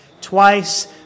twice